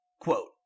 quote